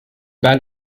band